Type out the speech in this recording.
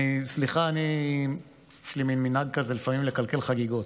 סליחה, יש לי מין מנהג כזה לפעמים לקלקל חגיגות.